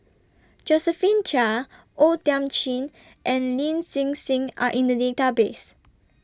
Josephine Chia O Thiam Chin and Lin Hsin Hsin Are in The Database